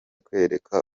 kwereka